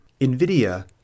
NVIDIA